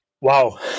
Wow